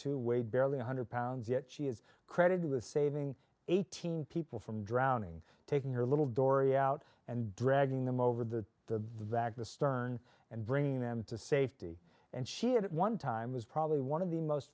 weighed barely one hundred pounds yet she is credited with saving eighteen people from drowning taking her little dory out and dragging them over the the vaca stern and bringing them to safety and she had at one time was probably one of the most